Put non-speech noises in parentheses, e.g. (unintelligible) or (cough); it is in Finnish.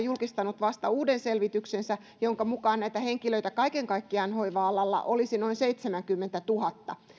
(unintelligible) julkistanut vasta uuden selvityksensä jonka mukaan näitä henkilöitä kaiken kaikkiaan hoiva alalla olisi noin seitsemänkymmentätuhatta